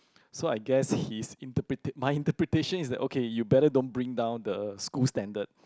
so I guess his interpreta~ my interpretation is like okay you better don't bring down the school standard